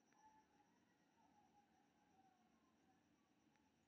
internet पर कोनो वस्तु आ सेवा के खरीद बिक्री ईकॉमर्स कहल जाइ छै